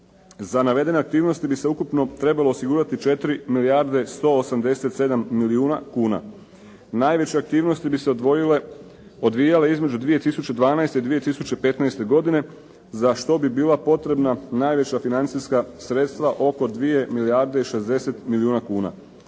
Za navedene aktivnosti bi se ukupno trebalo osigurati 4 milijarde 187 milijuna kuna. Najviše aktivnosti bi se odvijale između 2012. i 2015. godine za što bi bila potrebna najveća financijska sredstva oko 2 milijarde i 60 milijuna kuna.